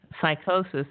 psychosis